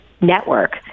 network